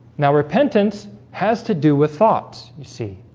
now repentance has to do with thoughts you see